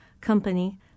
company